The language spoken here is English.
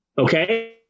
Okay